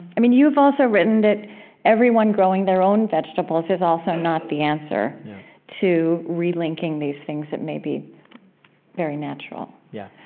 and you've also written that everyone growing their own vegetables is also not the answer to relinking these things that may be very natural yeah.